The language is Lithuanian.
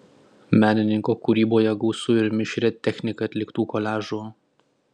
menininko kūryboje gausu ir mišria technika atliktų koliažų